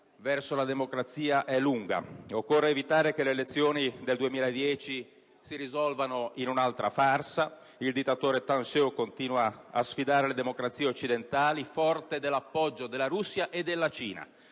verso la democrazia è lunga. Occorre evitare che le elezioni indette per il 2010 si risolvano in un'altra farsa. Il dittatore Than Shwe continua a sfidare le democrazie occidentali, forte dell'appoggio di Cina e Russia.